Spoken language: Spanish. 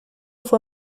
fue